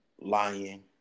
Lying